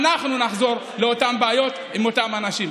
ואנחנו נחזור לאותן בעיות עם אותם אנשים.